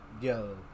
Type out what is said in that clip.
yo